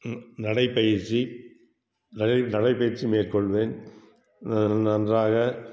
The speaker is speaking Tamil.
நடைப்பயிற்சி நடை நடைப்பயிற்சி மேற்கொள்வேன் நன்றாக